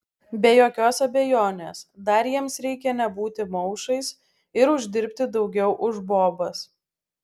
be jokios abejonės dar jiems reikia nebūti maušais ir uždirbti daugiau už bobas